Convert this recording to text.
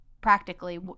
practically